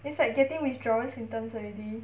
it's like getting withdrawal symptoms already